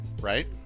Right